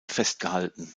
festgehalten